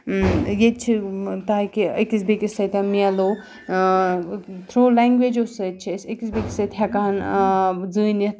ییٚتہِ چھِ تاکہِ أکِس بیٚکِس سۭتۍ ملو تھرٛوٗ لنٛگویجو سۭتۍ چھِ أسۍ أکِس بیٚکِس سۭتۍ ہٮ۪کان زٲنِتھ